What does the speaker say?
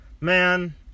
Man